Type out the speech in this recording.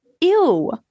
ew